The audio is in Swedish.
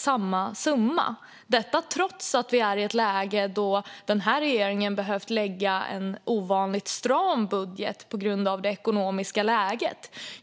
Det gör vi trots att vår regering har behövt lägga fram en ovanligt stram budget på grund av det ekonomiska läget.